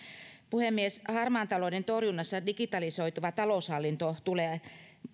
puhemies harmaan talouden torjunnassa digitalisoituva taloushallinto tulee